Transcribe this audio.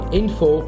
info